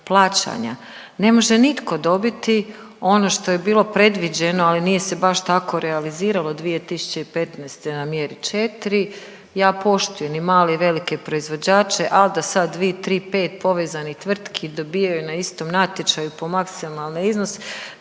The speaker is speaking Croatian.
Ne može nitko dobiti ono što je bilo predviđeno, ali nije se baš tako realiziralo 2015. na mjeri četri. Ja poštujem i male i velike proizvođače, al da sad dvi, tri, pet povezanih tvrtki dobijaju na istom natječaju po maksimalni iznos